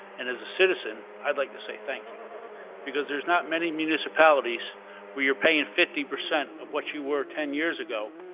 and as a citizen, i'd like to say thank you because there's not many municipalities where you're paying fifty percent of what you were ten years ago,